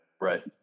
Right